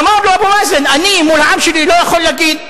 אמר לו אבו מאזן: אני מול העם שלי לא יכול להגיד "כן"